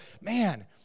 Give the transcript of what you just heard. man